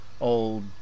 old